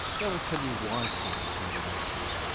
they will tell you why certain things are virtues.